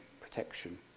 protection